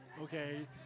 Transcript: Okay